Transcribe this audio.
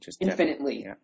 infinitely